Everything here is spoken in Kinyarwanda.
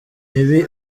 mibi